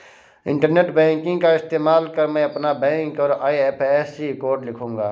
internet banking का इस्तेमाल कर मैं अपना बैंक और आई.एफ.एस.सी कोड लिखूंगा